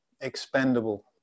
expendable